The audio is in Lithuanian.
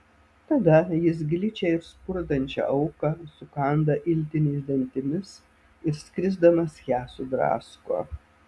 tada jis gličią ir spurdančią auką sukanda iltiniais dantimis ir skrisdamas ją sudrasko